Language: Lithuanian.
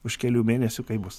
už kelių mėnesių kaip bus